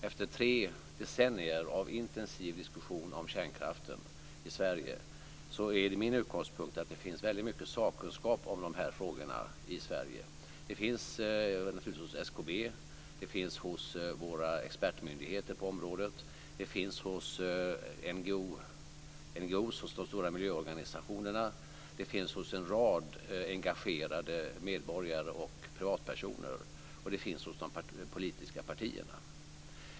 Efter tre decennier av intensiv diskussion om kärnkraften är min utgångspunkt att det finns väldigt mycket sakkunskap om dessa frågor i Sverige. Det finns naturligtvis hos SKB. Det finns hos våra expertmyndigheter på området. Det finns hos NGO:er och hos de stora miljöorganisationerna. Det finns hos en rad engagerade medborgare och privatpersoner, och det finns hos de politiska partierna.